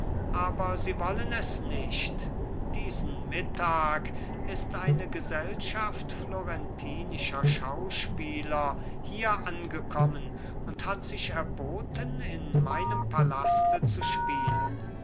aber sie wollen es nicht diesen mittag ist eine gesellschaft florentinischer schauspieler hier angekommen und hat sich erboten in meinem palaste zu spielen